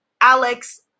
Alex